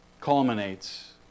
culminates